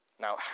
Now